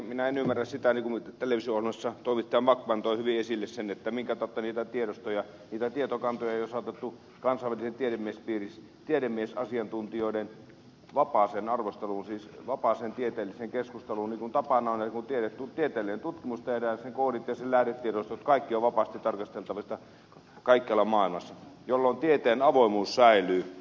minä en ymmärrä sitä niin kuin televisio ohjelmassa toimittaja backman toi hyvin esille sen minkä tautta niitä tietokantoja ei ole saatettu kansainvälisten tiedemiesasiantuntijoiden vapaaseen arvosteluun siis vapaaseen tieteelliseen keskusteluun niin kuin tapana on että kun tieteellinen tutkimus tehdään sen koodit ja sen lähdetiedostot kaikki ovat vapaasti tarkasteltavissa kaikkialla maailmassa jolloin tieteen avoimuus säilyy